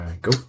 go